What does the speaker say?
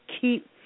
keep